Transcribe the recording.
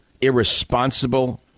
irresponsible